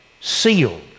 Sealed